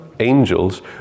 Angels